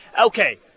Okay